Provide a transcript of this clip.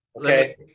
okay